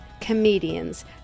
comedians